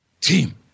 team